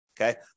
okay